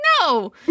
no